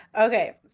Okay